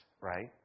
right